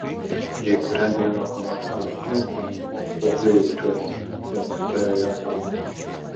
jei kurią dieną ko nors nenukniaukiu blogai jaučiuosi diena praėjo veltui